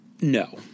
no